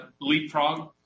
leapfrog